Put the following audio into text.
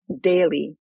daily